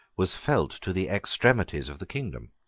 was felt to the extremities of the kingdom.